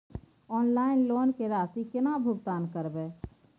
Online loan के राशि केना भुगतान करबे?